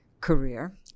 career